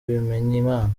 bimenyimana